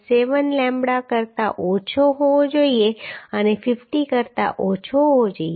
7 lambda કરતા ઓછો હોવો જોઈએ અને 50 કરતા ઓછો હોવો જોઈએ